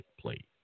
plate